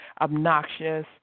obnoxious